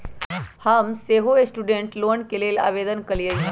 हम सेहो student loan के लेल आवेदन कलियइ ह